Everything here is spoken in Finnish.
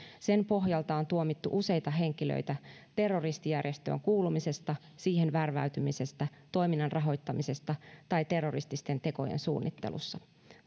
sen pohjalta on tuomittu useita henkilöitä terroristijärjestöön kuulumisesta siihen värväytymisestä toiminnan rahoittamisesta tai terrorististen tekojen suunnittelusta